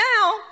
now